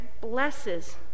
blesses